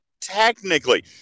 technically